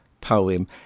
poem